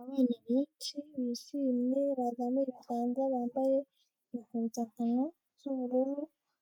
Abana benshi bishimye, baganira; bambaye impuzankano z'ubururu